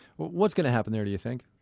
what's going to happen there, do you think?